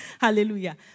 Hallelujah